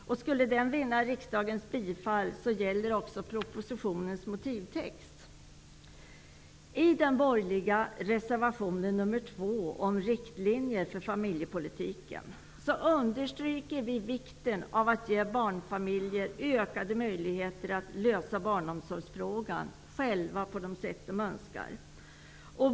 Skulle den vinna riksdagens bifall gäller också propositionens motivtext. I den borgerliga reservationen nr 2, om riktlinjer för familjepolitiken, understryker vi vikten av att ge barnfamiljer ökade möjligheter att själva lösa barnomsorgsfrågan på det sätt de önskar.